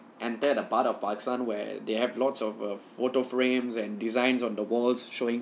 enter a part of pakistan where they have lots of uh photo frames and designs on the walls showing